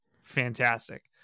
fantastic